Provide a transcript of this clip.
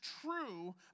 true